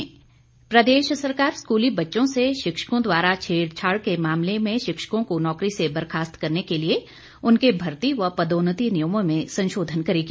सुरेश भारद्वाज प्रदेश सरकार स्कूली बच्चों से शिक्षकों द्वारा छेड़छाड़ के मामले में नौकरी से बर्खास्त करने के लिए उनके भर्ती व पदोन्नति नियमों में संशोधन करेगी